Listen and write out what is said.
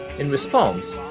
in response,